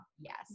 yes